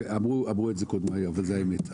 אמרו את זה קודם היום וזאת האמת,